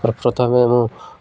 ପ୍ରଥମେ ମୁଁ